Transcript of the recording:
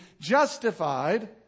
justified